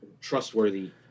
trustworthy